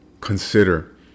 consider